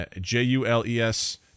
J-U-L-E-S